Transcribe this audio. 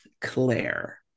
Claire